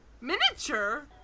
Miniature